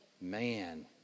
Man